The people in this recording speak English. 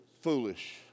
Foolish